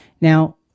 Now